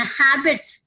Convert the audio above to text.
habits